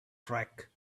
track